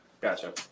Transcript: Gotcha